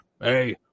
Hey